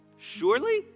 Surely